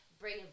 bring